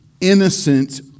innocent